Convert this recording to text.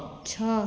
छः